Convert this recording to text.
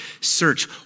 search